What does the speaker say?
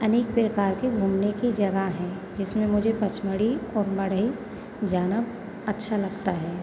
अनेक प्रकार की घूमने की जगह हैं जिसमें मुझे पचमढ़ी और मढ़ई जाना अच्छा लगता है